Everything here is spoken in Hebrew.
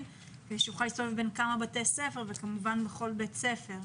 כדי שהוא יוכל להסתובב בין כמה בתי ספר וכמובן בכל בית ספר.